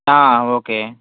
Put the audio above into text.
okay